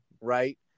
Right